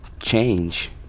change